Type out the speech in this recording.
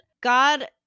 god